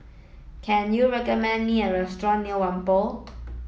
can you recommend me a restaurant near Whampoa